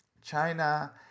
China